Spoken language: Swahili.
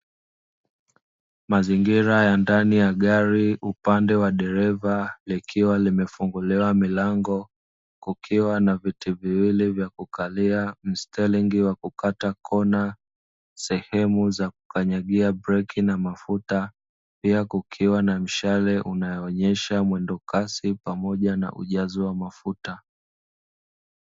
Mazingira ya ndani ya gari, upande wa dereva likiwa limefunguliwa milango, kukiwa na viti viwili vya kukalia, stelingi ya kukata kona, sehemu za kukanyagia breki na mafuta, pia kukiwa na mshale unaonyesha mwendokasi pamoja na ujazo wa mafuta.